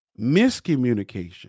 miscommunication